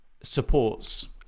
supports